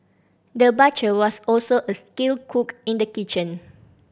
the butcher was also a skilled cook in the kitchen